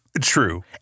True